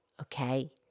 Okay